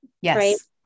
Yes